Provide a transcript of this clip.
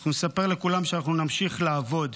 אנחנו נספר לכולם שאנחנו נמשיך לעבוד.